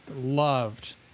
loved